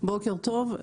בוקר טוב,